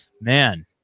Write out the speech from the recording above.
man